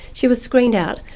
she was screened out,